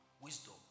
wisdom